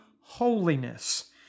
holiness